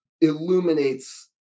illuminates